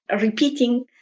repeating